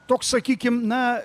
toks sakykim na